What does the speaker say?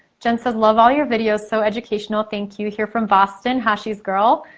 jen says love all your videos. so educational. thank you. here from boston, hashi's girl.